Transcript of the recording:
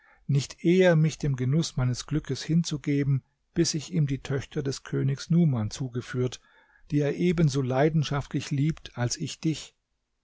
nicht eher mich dem genuß meines glückes hinzugeben bis ich ihm die töchter des königs numan zugeführt die er ebenso leidenschaftlich liebt als ich dich